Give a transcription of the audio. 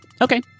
Okay